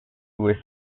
with